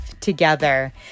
together